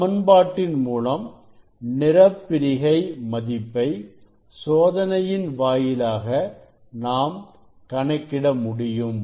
சமன்பாட்டின் மூலமாக நிறப்பிரிகை மதிப்பை சோதனையின் வாயிலாக நாம் கணக்கிட முடியும்